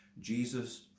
Jesus